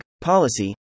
Policy